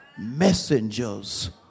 messengers